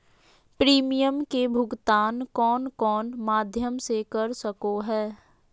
Premium के भुक्तान कौन कौन माध्यम से कर सको है?